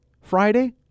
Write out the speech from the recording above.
Friday